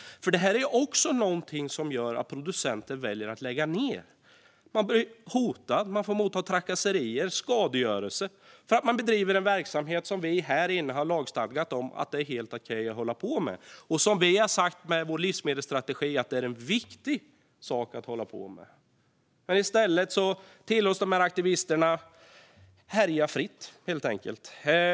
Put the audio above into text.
För det här är också någonting som gör att producenter väljer att lägga ned. Man blir hotad, får motta trakasserier och bli utsatt för skadegörelse för att man bedriver en verksamhet som vi här inne har lagstadgat om att det är helt okej att hålla på med och som vi med vår livsmedelsstrategi har sagt är en viktig sak att hålla på med. I stället tillåts aktivisterna härja fritt, helt enkelt.